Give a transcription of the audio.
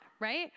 right